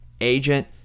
agent